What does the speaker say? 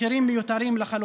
מחירים מיותרים לחלוטין.